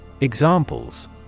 Examples